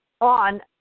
on